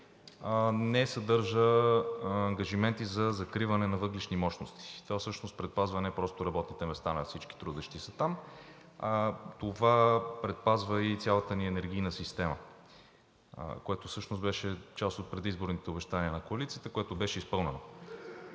не съдържа ангажименти за закриване на въглищни мощности. Това всъщност предпазва не просто работните места на всички трудещи се там, това предпазва и цялата ни енергийна система, което всъщност беше част от предизборните обещания на коалицията, което беше изпълнено.